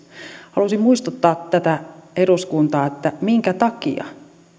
haluaisin muistuttaa tätä eduskuntaa siitä minkä takia